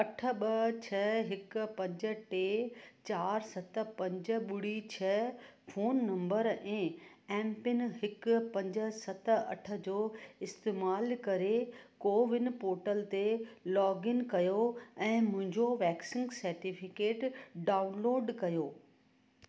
अठ ॿ छह हिकु पंज टे चारि सत पंज ॿुड़ी छह फ़ोन नंबर ऐं एमपिन हिकु पंज सत अठ जो इस्तेमाल करे कोविन पोर्टल ते लोगइन कयो ऐं मुंहिंजो वैक्सीन सर्टिफिकेट डाउनलोड कयो